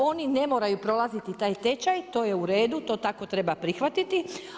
Oni ne moraju prolaziti taj tečaj, to je u redu, to tako treba prihvatiti.